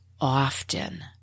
often